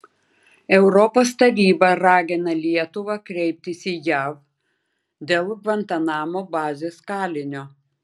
europos taryba ragina lietuvą kreiptis į jav dėl gvantanamo bazės kalinio